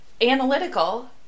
analytical